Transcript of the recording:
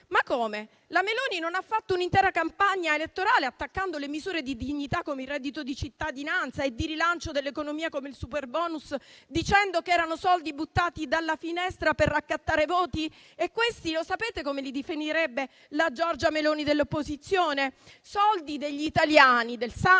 Ma come? La Meloni non ha fatto un'intera campagna elettorale attaccando le misure di dignità, come il reddito di cittadinanza, e di rilancio dell'economia, come il superbonus, dicendo che erano soldi buttati dalla finestra per raccattare voti? Ma questi sapete come li definirebbe la Giorgia Meloni dell'opposizione? Soldi degli italiani, del sangue